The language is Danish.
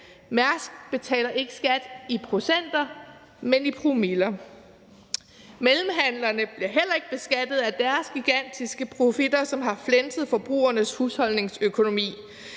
Mærsk betaler ikke skat i procenter, men i promiller. Mellemhandlerne bliver heller ikke beskattet af deres gigantiske profitter, som har flænset forbrugernes husholdningsøkonomi.